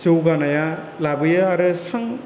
जौगानाया लाबोयो आरो स्रां